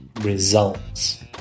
results